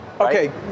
Okay